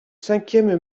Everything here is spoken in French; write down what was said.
cinquième